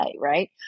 right